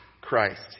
Christ